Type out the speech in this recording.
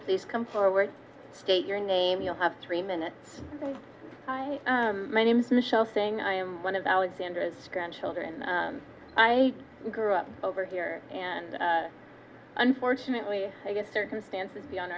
please come forward state your name you'll have three minutes hi my name is michelle saying i am one of alexander's grandchildren i grew up over here and unfortunately i guess circumstances beyond